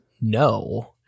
no